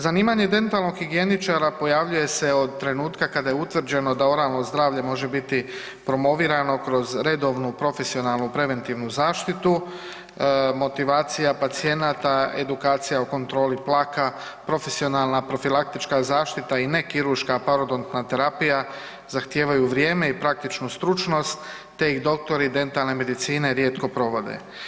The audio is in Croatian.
Zanimanje dentalnog higijeničara pojavljuje se od trenutka kada je utvrđeno da oralno zdravlje može biti promovirano kroz redovnu profesionalnu preventivnu zaštitu, motivacija pacijenata, edukacija o kontroli plaka, profesionalna profilaktička zaštita i ne kirurška paradontna terapija zahtijevaju vrijeme i praktičnu stručnost te ih doktori dentalne medicine rijetko provode.